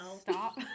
stop